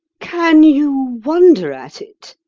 can you wonder at it?